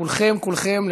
כולכם כולכם,